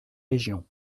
régions